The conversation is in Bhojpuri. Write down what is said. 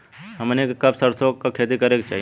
हमनी के कब सरसो क खेती करे के चाही?